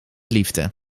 liefde